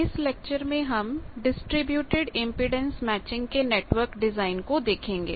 इस लेक्चर में हम डिस्ट्रिब्यूटेड इंपेडेंस मैचिंग के नेटवर्क डिजाइन को देखेंगे